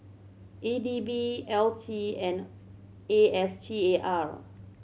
E D B L T and A S T A R